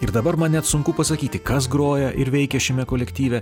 ir dabar man net sunku pasakyti kas groja ir veikia šiame kolektyve